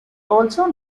also